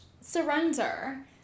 surrender